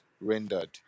rendered